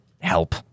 help